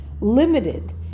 limited